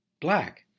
Black